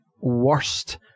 worst